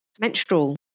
menstrual